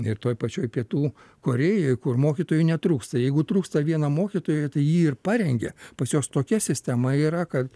ir toj pačioj pietų korėjoj kur mokytojų netrūksta jeigu trūksta vieno mokytojo tai jį ir parengia pas juos tokia sistema yra kad